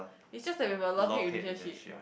it's just that we have a love hate relationship